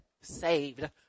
saved